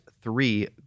three